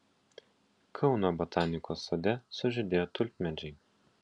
kauno botanikos sode sužydėjo tulpmedžiai